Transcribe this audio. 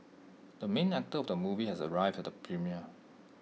the main actor of the movie has arrived at the premiere